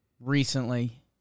recently